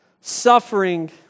suffering